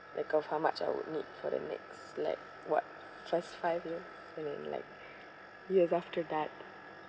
because how much I would need for the next like what first five year what I mean like years after that